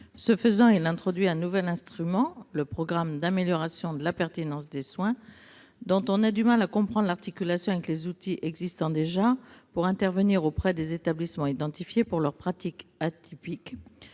Ce faisant, il introduit un nouvel instrument, le programme d'amélioration de la pertinence des soins, dont on comprend mal l'articulation avec les outils existant déjà pour intervenir auprès des établissements identifiés pour leurs pratiques « atypiques